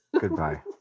Goodbye